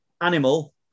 animal